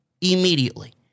immediately